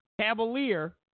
Cavalier